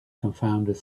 confounded